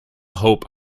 hope